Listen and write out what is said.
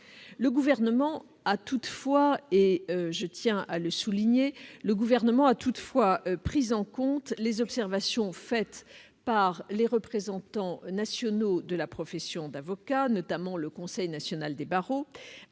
Le Gouvernement a toutefois pris en compte- je tiens à le souligner -les observations faites par les représentants nationaux de la profession d'avocat, notamment le Conseil national des barreaux,